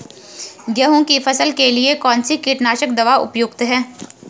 गेहूँ की फसल के लिए कौन सी कीटनाशक दवा उपयुक्त होगी?